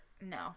No